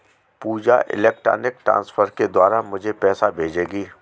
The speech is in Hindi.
पूजा इलेक्ट्रॉनिक ट्रांसफर के द्वारा मुझें पैसा भेजेगी